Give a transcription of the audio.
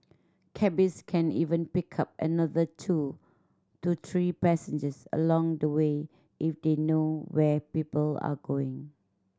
cabbies can even pick up another two to three passengers along the way if they know where people are going